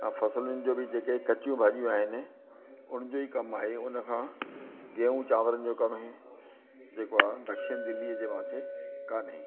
ऐं फसलुनि बि जो जेके कचूं भाॼियूं आहिनि उन जो ई कमु आहे उन खां गेहूं चांवरनि जो कमु इहो जेको आहे दक्षिण दिल्लीअ जे पासे कोन्हे